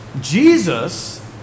Jesus